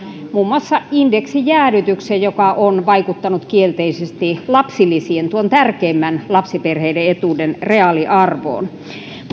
muun muassa indeksijäädytyksen joka on vaikuttanut kielteisesti lapsilisien tärkeimmän lapsiperheiden etuuden reaaliarvoon